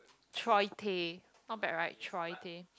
Troy Tay not bad right Troy Tay